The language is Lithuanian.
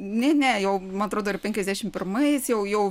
ne ne jau man atrodo ir penkiasdešimt pirmais jau jau